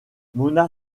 mona